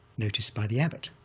noticed by the abbot,